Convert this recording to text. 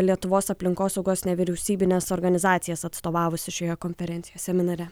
lietuvos aplinkosaugos nevyriausybines organizacijas atstovavusi šioje konferencijoje seminare